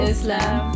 Islam